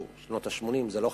שנות ה-80 זה לא חדש,